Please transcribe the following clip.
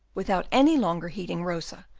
without any longer heeding rosa,